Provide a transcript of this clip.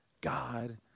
God